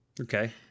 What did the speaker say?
okay